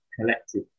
collective